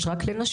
יש רק לנשים?